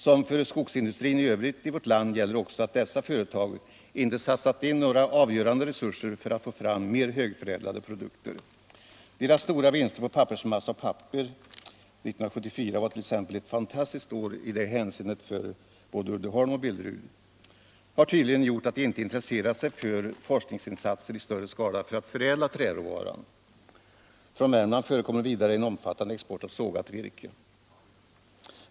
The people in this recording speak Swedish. Som för skogsindustrin i övrigt i vårt land gäller också att dessa företag inte har satsat några avgörande resurser för att få fram mer högförädlade produkter. Deras stora vinster på pappersmassa och papper — 1974 var 1. ex. ett fantastiskt år i det hänseendet för både Uddeholm och Billerud — har tydligen gjort att de inte har intresserat sig för forskningsinsatser i större skala för att förädla träråvaran. Från Värmland förekommer vidare en omfattande export av sågat virke.